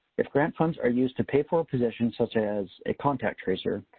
if grant funds are used to pay for a position such as a contact tracer,